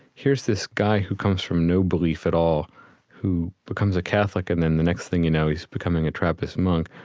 here's this guy who comes from no belief at all who becomes a catholic, and then the next thing you know, he's becoming a trappist monk.